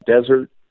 desert